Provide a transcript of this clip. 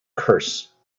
curse